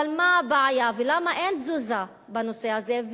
אבל מה הבעיה ולמה אין תזוזה בנושא הזה,